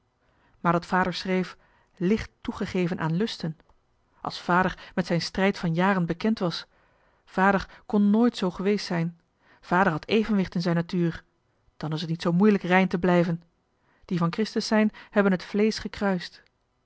maar dat vader schreef licht toegegeven aan lusten als vader met zijn strijd van jaren bekend was vader kon nooit zoo geweest zijn vader had evenwicht in zijn natuur dan is t niet zoo moeilijk rein te blijven die van christus zijn hebben het vleesch gekruist